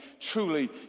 truly